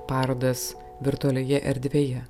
parodas virtualioje erdvėje